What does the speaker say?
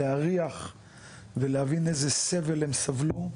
להריח ולהבין איזה סבל הם סבלו,